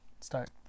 start